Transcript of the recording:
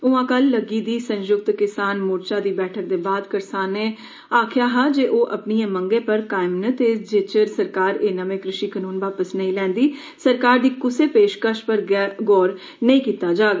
उआं कल लग्गी दी संयुक्त किसान मोर्चा दी बैठक दे बाद करसानें आखेआ हा जे ओ अपनीएं मंगे पर कायम न ते जिच्चर सरकार एह नमें कृषि वापस नेईं लैंदी सरकार दी कुसै पेशकश पर गौर नेई कीता जाग